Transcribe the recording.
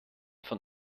von